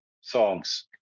songs